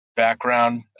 background